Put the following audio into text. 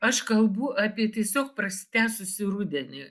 aš kalbu apie tiesiog prasitęsusį rudenį